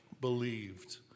believed